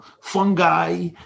fungi